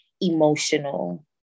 emotional